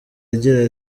agira